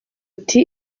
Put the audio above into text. ati